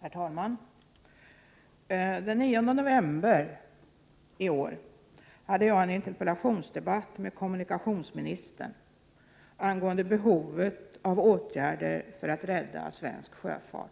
Herr talman! Den 9 november i år hade jag en interpellationsdebatt med kommunikationsministern angående behovet av åtgärder för att rädda svensk sjöfart.